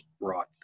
brought